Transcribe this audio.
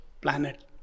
planet